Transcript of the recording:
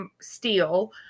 Steel